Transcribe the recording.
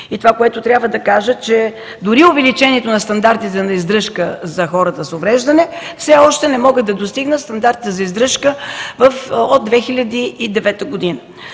И това, което трябва да кажа, е, че дори увеличението на стандартите на издръжка за хората с увреждане все още не могат да достигнат стандартите за издръжка от 2009 г.